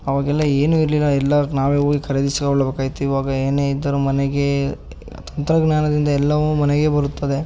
ಅವಾಗೆಲ್ಲ ಏನೂ ಇರಲಿಲ್ಲ ಎಲ್ಲ ಹೋಗಿ ನಾವೇ ಹೋಗಿ ಖರೀದಿಸಿಕೊಳ್ಳಬೇಕಾಗಿತ್ತು ಇವಾಗ ಏನೇ ಇದ್ದರೂ ಮನೆಗೆ ತಂತ್ರಜ್ಞಾನದಿಂದ ಎಲ್ಲವೂ ಮನೆಗೇ ಬರುತ್ತದೆ